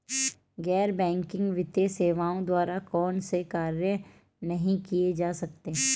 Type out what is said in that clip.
गैर बैंकिंग वित्तीय सेवाओं द्वारा कौनसे कार्य नहीं किए जा सकते हैं?